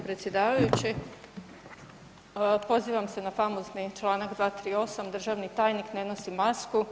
Predsjedavajući pozivam se na famozni članak 238. državni tajnik ne nosi masku.